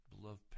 beloved